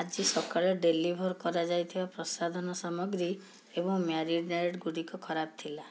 ଆଜି ସକାଳେ ଡେଲିଭର୍ କରାଯାଇଥିବା ପ୍ରସାଧନ ସାମଗ୍ରୀ ଏବଂ ମ୍ୟାରିନେଡ଼୍ ଗୁଡ଼ିକ ଖରାପ ଥିଲା